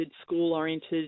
school-oriented